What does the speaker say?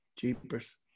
Jeepers